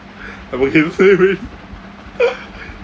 I forget his name already